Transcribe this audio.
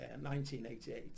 1988